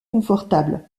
confortable